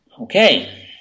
Okay